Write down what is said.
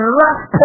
last